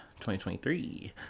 2023